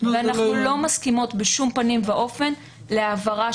ואנחנו לא מסכימות בשום פנים ואופן להעברה